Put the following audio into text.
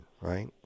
right